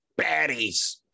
baddies